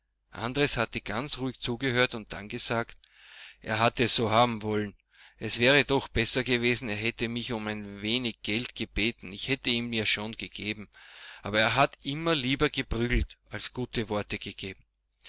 andres hatte ganz ruhig zugehört und dann gesagt er hat es so haben wollen es wäre doch besser gewesen er hätte mich um ein wenig geld gebeten ich hätte ihm ja schon gegeben aber er hat immer lieber geprügelt als gute worte gegeben